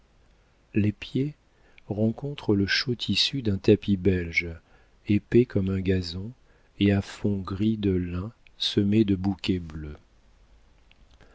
les pieds rencontrent le chaud tissu d'un tapis belge épais comme un gazon et à fond gris de lin semé de bouquets bleus